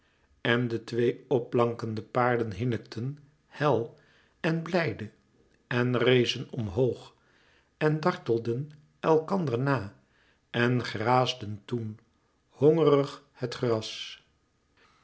en de twee p blankende paarden hinnikten hel en blijde en rezen omhoog en dartelden elkander na en graasden toen hongerig het gras